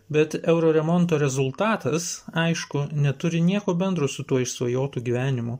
bet euro remonto rezultatas aišku neturi nieko bendro su tuo išsvajotu gyvenimu